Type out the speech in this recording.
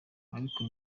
ariko